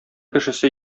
кешесе